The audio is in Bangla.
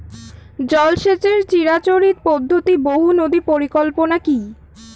জল সেচের চিরাচরিত পদ্ধতি বহু নদী পরিকল্পনা কি?